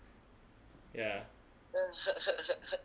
ya